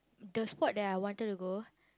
the sport that I wanted to go